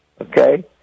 okay